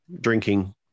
drinking